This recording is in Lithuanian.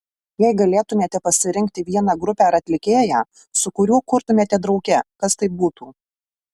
jei galėtumėte pasirinkti vieną grupę ar atlikėją su kuriuo kurtumėte drauge kas tai būtų